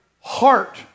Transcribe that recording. heart